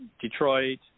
Detroit